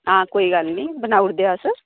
हां कोई गल्ल निं बनाई ओड़दे अस